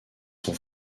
son